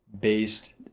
based